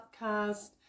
podcast